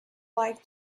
like